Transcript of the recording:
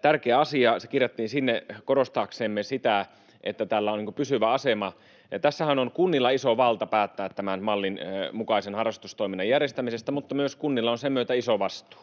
tärkeä asia: se kirjattiin sinne korostaaksemme sitä, että tällä on pysyvä asema. Tässähän on kunnilla iso valta päättää tämän mallin mukaisen harrastustoiminnan järjestämisestä, mutta sen myötä kunnilla on myös iso vastuu.